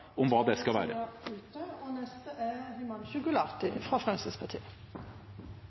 om hva det skal være. Da er taletida ute. Det meste er